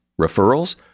Referrals